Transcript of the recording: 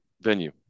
venue